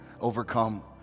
overcome